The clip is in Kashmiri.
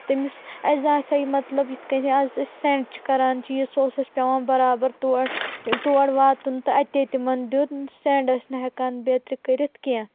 تٔمِس اسہِ زن اسہِ ہا مطلب یِتھ کٔنۍ از أسۍ سینڈ چھِ کران چیٖز سُہ اوس اسہِ ہیٚوان برابر تور تور واتُن تہٕ اتے تِمن دِیُن سینڈ ٲسۍ نہٕ ہیکان بٮ۪ترِ کرتھ کینٛہہ